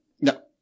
No